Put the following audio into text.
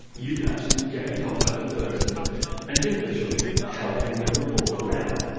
you can actually get in contact with the person and you're literally helping a reporter out.